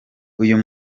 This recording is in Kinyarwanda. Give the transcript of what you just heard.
uyu